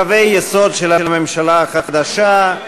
קווי יסוד של הממשלה החדשה,